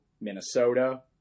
Minnesota